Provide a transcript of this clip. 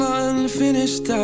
unfinished